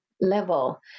level